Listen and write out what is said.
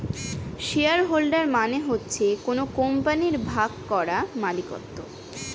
share holder মানে হচ্ছে কোন কোম্পানির ভাগ করা মালিকত্ব